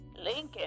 Lincoln